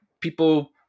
people